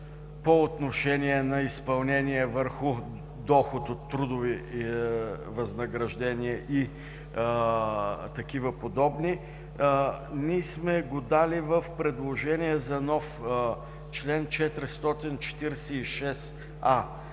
по отношение на изпълнение върху доход от трудови възнаграждения и такива подобни. Ние сме го дали в предложение за нов чл. 446а